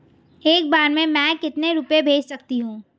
एक बार में मैं कितने रुपये भेज सकती हूँ?